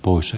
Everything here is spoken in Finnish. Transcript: uusi